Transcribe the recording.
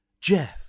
Jeff